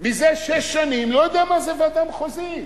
מזה שש שנים, לא יודע מה זה ועדה מחוזית,